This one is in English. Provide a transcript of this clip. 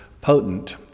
potent